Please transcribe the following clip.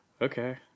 Okay